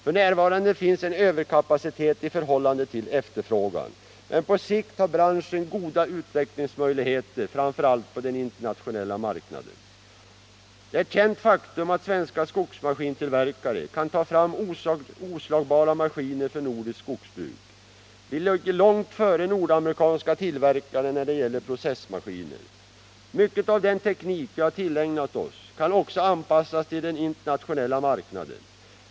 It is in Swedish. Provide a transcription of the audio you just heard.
F.n. finns en överkapacitet i förhållande till efterfrågan, men på sikt har branschen goda utvecklingsmöjligheter, framför allt på den internationella marknaden. Det är ett känt faktum att svenska skogsmaskintillverkare kan ta fram oslagbara maskiner för nordiskt skogsbruk. Vi ligger långt före nordamerikanska tillverkare när det gäller processmaskiner. Mycket av den teknik vi har tillägnat oss kan också anpassas till den internationella marknaden.